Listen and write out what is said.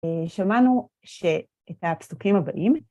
שמענו שאת הפסוקים הבאים...